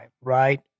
right